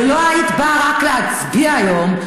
ולא היית באה רק להצביע היום,